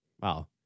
Wow